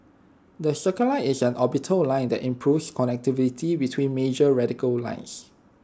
the circle line is an orbital line that improves connectivity between major radial lines